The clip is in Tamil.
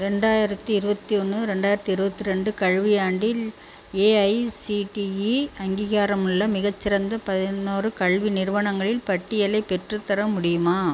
ரெண்டாயிரத்து இருபத்தி ஒன்று ரெண்டாயிரத்து இருபத்ரெண்டு கல்வியாண்டில் ஏஐசிடிஇ அங்கீகாரமுள்ள மிகச்சிறந்த பதினோரு கல்வி நிறுவனங்களின் பட்டியலை பெற்றுத்தர முடியுமா